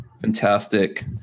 fantastic